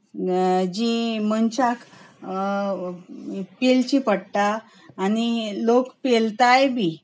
जी मनशाक पेलची पडटा आनी लोक पेलताय बी